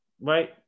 right